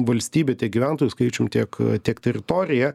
valstybė tiek gyventojų skaičium tiek tiek teritorija